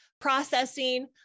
processing